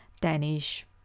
Danish